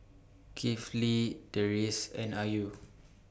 Kifli Deris and Ayu